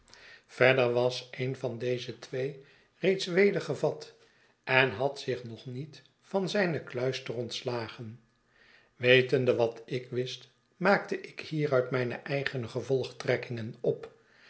verder was een van deze twee reeds weder gevat en had zich nog niet van zijne kluister ontslagen wetende wat ik wist maakte ik hieruit mijne eigene gevolgtrekkingen op